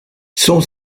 son